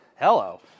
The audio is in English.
hello